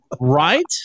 right